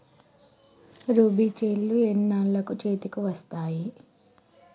రబీ చేలు ఎన్నాళ్ళకు చేతికి వస్తాయి?